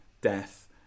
death